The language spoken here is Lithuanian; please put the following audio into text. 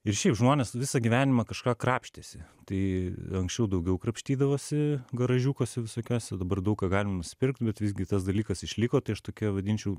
ir šiaip žmonės visą gyvenimą kažką krapštėsi tai anksčiau daugiau krapštydavosi garažiukuose visokiuose dabar daug ką galim nusipirkti bet visgi tas dalykas išliko tai aš tokia vadinčiau